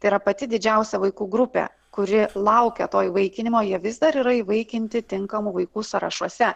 tai yra pati didžiausia vaikų grupė kuri laukia to įvaikinimo jie vis dar yra įvaikinti tinkamų vaikų sąrašuose